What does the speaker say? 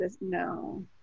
no